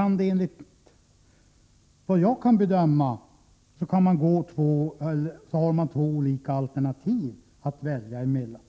man, enligt vad jag kan bedöma, två olika alternativ att välja mellan.